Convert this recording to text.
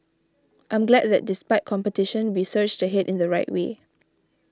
I'm glad that despite competition we surged ahead in the right way